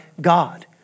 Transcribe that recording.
God